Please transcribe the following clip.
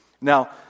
now